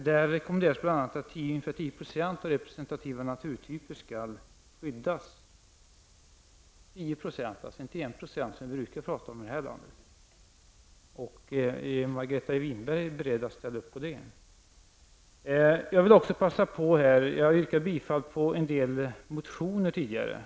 Där rekommenderas bl.a. att ungefär 10 % av representativa naturtyper skall skyddas -- 10 % alltså och inte 1 % som vi brukar tala om i det här landet. Är Margareta Winberg beredd att ställa sig bakom detta. Jag yrkade bifall till en del motioner tidigare.